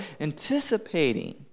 anticipating